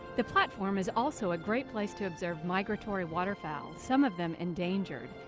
the platform is also a great place to observe migratory waterfowl. some of them endangered.